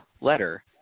letter